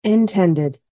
Intended